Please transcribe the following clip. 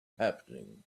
happening